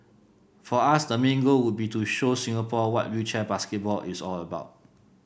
for us the main goal would be to show Singapore what wheelchair basketball is all about